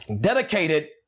dedicated